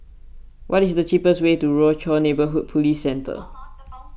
what is the cheapest way to Rochor Neighborhood Police Centre